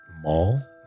Mall